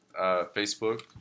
Facebook